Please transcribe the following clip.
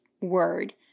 word